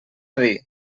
dir